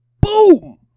Boom